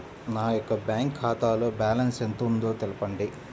నా యొక్క బ్యాంక్ ఖాతాలో బ్యాలెన్స్ ఎంత ఉందో తెలపండి?